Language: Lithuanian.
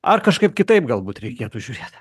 ar kažkaip kitaip galbūt reikėtų žiūrėt